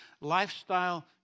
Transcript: lifestyle